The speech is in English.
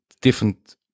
different